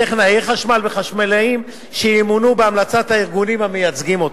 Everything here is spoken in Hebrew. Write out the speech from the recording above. טכנאי חשמל וחשמלאים שימונו בהמלצת הארגונים המייצגים אותם.